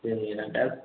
சரிங்க ஐயா நான்